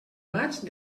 maig